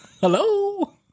Hello